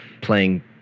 playing